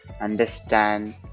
understand